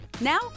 Now